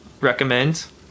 recommend